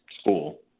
school